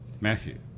Matthew